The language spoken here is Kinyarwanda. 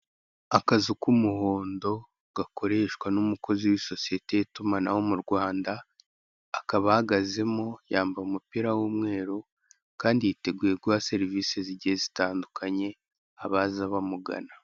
Akazu k'umuhondo gakoreshwa n'umukozi w'isosiyete y'itumanaho mu Rwanda akaba ahahagazemo yambaye umupira w'umweru kandi yiteguye guha serivisi zigiye zitandukanye abaza bamugana.